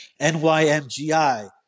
NYMGI